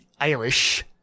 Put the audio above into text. Irish